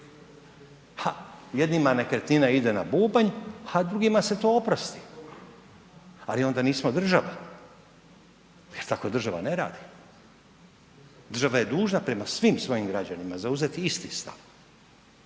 jednima nekretnina ide na bubanj, a drugim se to oprosti, ali onda nismo država jer tako država ne radi. Država je dužna prema svim svojim građanima zauzeti isti stav,